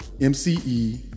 M-C-E